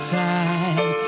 time